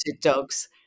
dogs